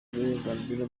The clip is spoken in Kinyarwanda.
uburenganzira